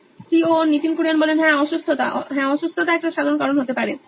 Nitin Kurian C O O নোইন electronics হ্যাঁ অসুস্থতা হ্যাঁ অসুস্থতা একটা সাধারণ কারণ হতে পারে